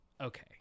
okay